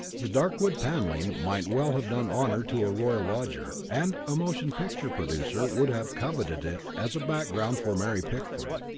the dark wood panelling might well have done honour to a royal lodger, and a motion-picture producer would have coveted it as a background for mary pickford.